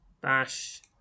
bash